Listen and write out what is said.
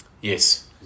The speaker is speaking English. Yes